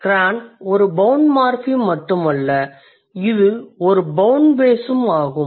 Cran ஒரு bound morpheme மட்டுமல்ல இது ஒரு bound baseஉம் ஆகும்